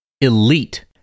elite